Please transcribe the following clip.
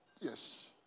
Yes